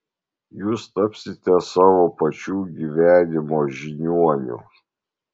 jūs tapsite savo pačių gyvenimo žiniuoniu